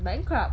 bankrupt